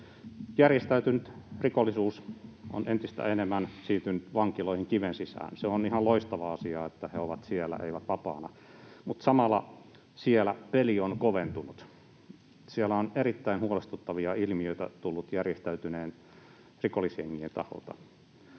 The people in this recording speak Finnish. Järjestäytynyt rikollisuus on entistä enemmän siirtynyt vankiloihin, kiven sisään. Se on ihan loistava asia, että he ovat siellä, eivät vapaana, mutta samalla siellä peli on koventunut. Siellä on erittäin huolestuttavia ilmiöitä tullut järjestäytyneiden rikollisjengien taholta.